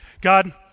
God